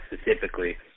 specifically